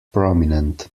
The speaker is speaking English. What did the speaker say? prominent